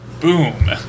Boom